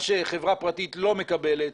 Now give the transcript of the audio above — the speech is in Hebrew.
מה שחברה פרטית לא מקבלת.